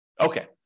Okay